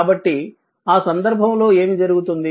కాబట్టి ఆ సందర్భంలో ఏమి జరుగుతుంది